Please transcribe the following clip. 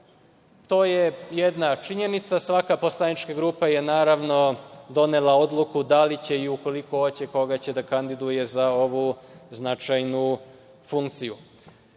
To je jedna činjenica. Svaka poslanička grupa je, naravno, donela odluku da li će i ukoliko hoće, koga će da kandiduje za ovu značajnu funkciju. Neko